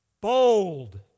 bold